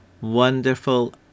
Wonderful